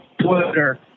Twitter